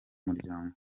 muryango